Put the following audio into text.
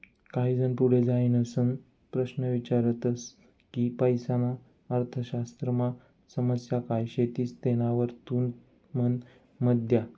काही जन पुढे जाईसन प्रश्न ईचारतस की पैसाना अर्थशास्त्रमा समस्या काय शेतीस तेनावर तुमनं मत द्या